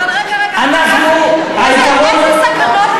אנחנו, היתרון,